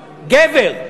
גבר.